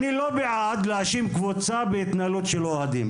אני לא בעד להאשים קבוצה בהתנהלות של אוהדים.